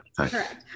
Correct